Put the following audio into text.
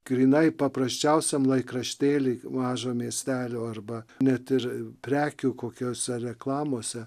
grynai paprasčiausiam laikraštėliui mažo miestelio arba net ir prekių kokiose reklamose